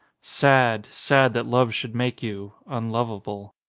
sad, sad that love should make you unlovable.